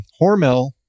Hormel